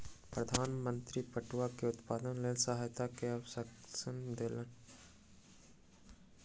प्रधान मंत्री पटुआ के उत्पादनक लेल सहायता के आश्वासन देलैन